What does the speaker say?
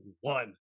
one